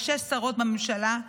יש שש שרות בממשלה,